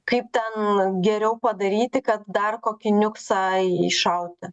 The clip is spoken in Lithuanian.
kaip ten geriau padaryti kad dar kokį niuksą įšauti